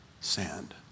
sand